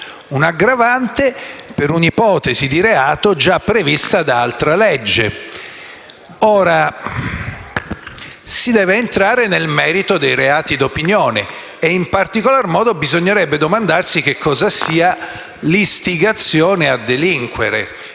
un'aggravante per un'ipotesi di reato già prevista da un'altra legge. Ora, si deve entrare nel merito dei reati d'opinione e, in particolar modo, bisognerebbe domandarsi cosa sia l'istigazione a delinquere